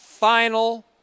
Final